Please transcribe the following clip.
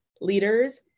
leaders